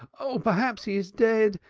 oh! perhaps he is dead.